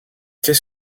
qu’est